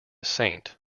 saint